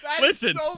Listen